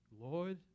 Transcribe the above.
Lord